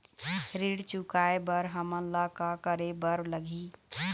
ऋण चुकाए बर हमन ला का करे बर लगही?